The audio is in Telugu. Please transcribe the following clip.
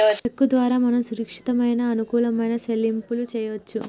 చెక్కు ద్వారా మనం సురక్షితమైన అనుకూలమైన సెల్లింపులు చేయవచ్చు